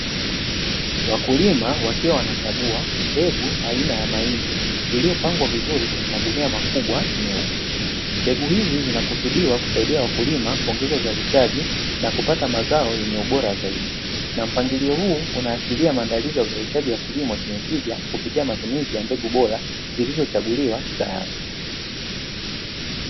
Wakulima wakiwa wanakagua mbegu aina ya mahindi, iliyopangwa vizuri kwenye magunia makubwa meupe. Mbegu hizi zinakusudiwa kusaidia wakulima kuongeza uzalishaji na kupata mazao yenye ubora zaidi, na mpangilio huu unaashiria maandalizi ya uzalishaji wa kilimo chenye tija kupitia matumizi ya mbegu bora zilizochaguliwa kisayansi.